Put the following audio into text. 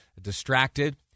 distracted